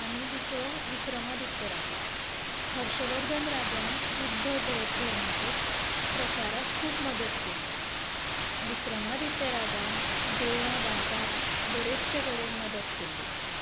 आनी दुसरो विक्रमादित्य राजा हर्शवर्धन राजान बुध्द द धर्माचे प्रचाराक खूब मदत केल्ली विक्रमादित्य राजान देवळां बांदपाक बरे तशे कडेन मदत केल्ली